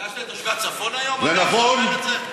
פגשת את תושבי הצפון היום, שאתה אומר את זה?